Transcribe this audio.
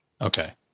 Okay